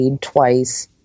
twice